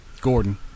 Gordon